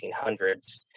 1800s